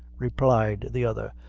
replied the other,